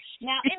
Now